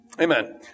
Amen